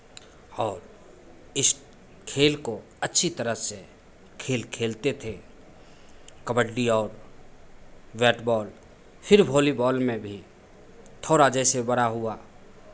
और इस खेल को अच्छी तरह से खेल खेलते थे कबड्डी और बैट बॉल फिर वॉलीबॉल में भी थोड़ा जैसे बड़ा हुआ